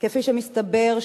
כפי שמסתבר,